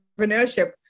entrepreneurship